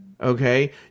Okay